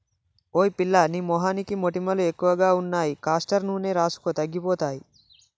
ఓయ్ పిల్లా నీ మొహానికి మొటిమలు ఎక్కువగా ఉన్నాయి కాస్టర్ నూనె రాసుకో తగ్గిపోతాయి